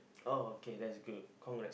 oh okay that's good congrats